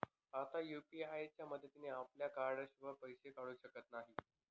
आता यु.पी.आय च्या मदतीने आपल्या कार्डाशिवाय पैसे काढू शकतो